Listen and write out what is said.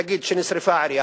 נגיד שנשרף בניין העירייה,